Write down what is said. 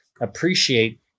appreciate